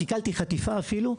סיכלתי חטיפה אפילו,